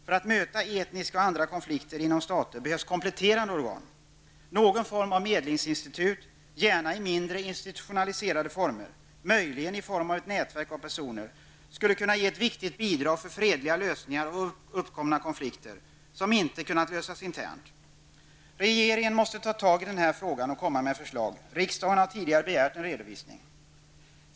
För att möta etniska och andra konflikter inom stater behövs det kompletterande organ. Någon form av medlingsinstitut -- gärna i mindre institutionaliserade former, möjligen i form av ett nätverk av personer -- skulle kunna innebära ett viktigt bidrag till fredliga lösningar på uppkomna konflikter som inte har kunnat lösas internt. Regeringen måste ta tag i den här frågan och komma med förslag. Riksdagen har tidigare begärt en redovisning.